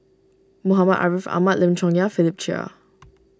Muhammad Ariff Ahmad Lim Chong Yah and Philip Chia